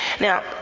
Now